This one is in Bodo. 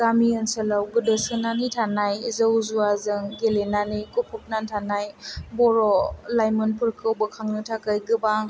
गामि ओनसोलाव गोदोसोनानै थानाय जौ जुवाजों गेलेनानै गफबनानै थानाय बर' लाइमोनफोरखौ बोखांनो थाखाय गोबां